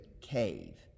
cave